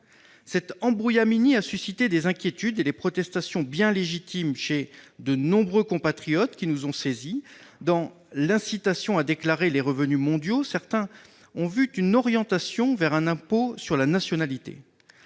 Cet embrouillamini a suscité des inquiétudes et des protestations bien légitimes chez nombre de nos compatriotes qui nous en ont saisis. Dans l'incitation à déclarer les revenus mondiaux, certains ont vu une orientation vers un impôt sur la nationalité.